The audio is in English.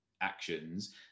actions